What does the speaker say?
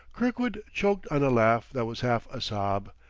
kirkwood choked on a laugh that was half a sob.